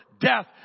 death